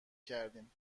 کردیم